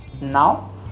Now